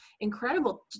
incredible